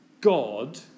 God